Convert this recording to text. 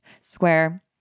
Square